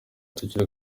tukiri